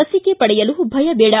ಲಸಿಕೆ ಪಡೆಯಲು ಭಯಬೇಡ